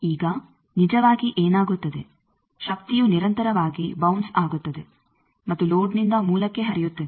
ಈಗ ನಿಜವಾಗಿ ಏನಾಗುತ್ತದೆ ಶಕ್ತಿಯು ನಿರಂತರವಾಗಿ ಬೌನ್ಸ್ ಆಗುತ್ತದೆ ಮತ್ತು ಲೋಡ್ನಿಂದ ಮೂಲಕ್ಕೆ ಹರಿಯುತ್ತದೆ